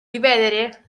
ripetere